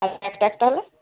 আর একটা একটা হলে